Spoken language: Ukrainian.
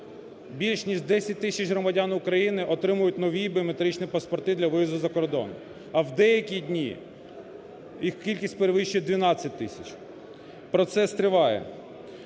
громадян тисяч громадян України отримують нові біометричні паспорти для виїзду за кордон, а в деякі дні їх кількість перевищує 12 тисяч. Процес триває.